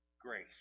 grace